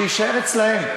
שיישאר אצלם.